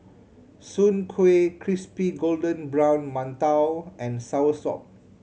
Soon Kueh crispy golden brown mantou and soursop